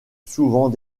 souvent